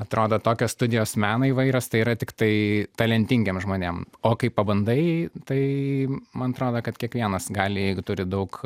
atrodo tokios studijos meno įvairios tai yra tiktai talentingiem žmonėm o kai pabandai tai man atrodo kad kiekvienas gali jeigu turi daug